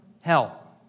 hell